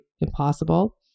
impossible